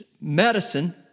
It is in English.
medicine